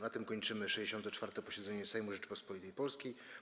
Na tym kończymy 64. posiedzenie Sejmu Rzeczypospolitej Polskiej.